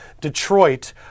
Detroit